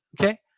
okay